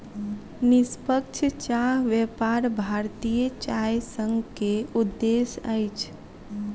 निष्पक्ष चाह व्यापार भारतीय चाय संघ के उद्देश्य अछि